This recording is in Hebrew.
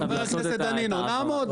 חבר הכנסת דנינו, נעמוד.